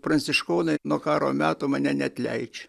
pranciškonai nuo karo meto mane neatleidžia